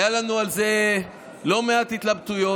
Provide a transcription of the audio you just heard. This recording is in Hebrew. היו לנו על זה לא מעט התלבטויות.